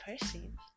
person